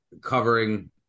covering